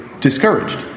discouraged